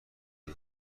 این